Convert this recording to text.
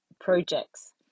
projects